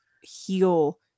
heal